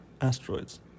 asteroids